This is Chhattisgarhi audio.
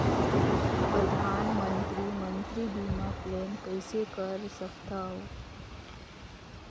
परधानमंतरी मंतरी बीमा क्लेम कइसे कर सकथव?